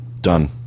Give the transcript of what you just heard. done